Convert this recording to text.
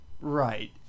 Right